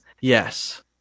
yes